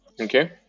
okay